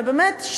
ובאמת,